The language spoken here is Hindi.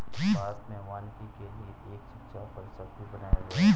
भारत में वानिकी के लिए एक शिक्षा परिषद भी बनाया गया है